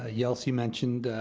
ah yelsey mentioned,